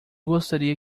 gostaria